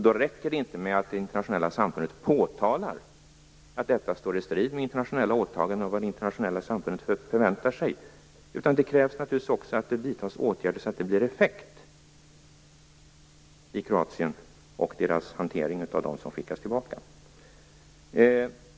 Då räcker det inte med att det internationella samfundet påtalar att detta står i strid med internationella åtaganden och vad det internationella samfundet förväntar sig, utan det krävs naturligtvis också att det vidtas åtgärder så att det får effekt i Kroatien och vid hanteringen av dem som skickas tillbaka.